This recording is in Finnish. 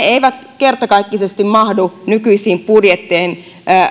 eivät kertakaikkisesti mahdu nykyisten budjettien